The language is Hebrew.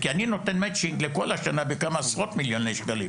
כי אני נותן מצ'ינג לכל השנה בכמה עשרות מיליוני שקלים,